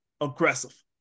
aggressive